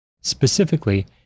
Specifically